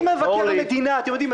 אם מבקר המדינה אתם יודעים,